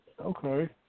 Okay